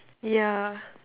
yeah